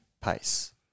pace